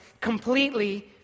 completely